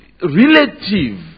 relative